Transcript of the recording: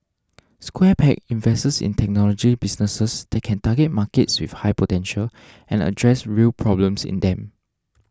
Square Peg invests in technology businesses that can target markets with high potential and address real problems in them